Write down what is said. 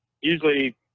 usually